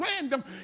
random